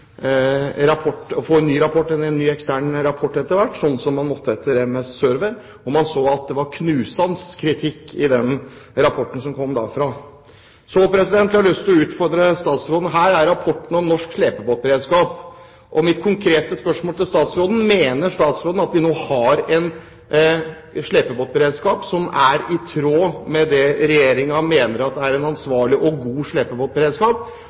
ekstern rapport etter hvert, som man måtte etter MS «Server»-ulykken? Det var knusende kritikk i den rapporten. Så har jeg lyst til å utfordre statsråden: Jeg har her rapporten om norsk slepebåtberedskap. Mitt konkrete spørsmål til statsråden er: Mener statsråden at vi nå har en slepebåtberedskap som er i tråd med det Regjeringen mener er en ansvarlig og god